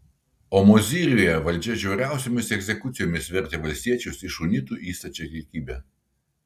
o mozyriuje valdžia žiauriausiomis egzekucijomis vertė valstiečius iš unitų į stačiatikybę